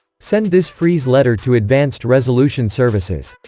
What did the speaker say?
send this freeze letter to advanced resolution services